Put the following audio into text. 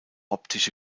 optische